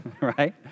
right